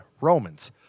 Romans